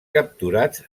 capturats